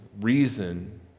reason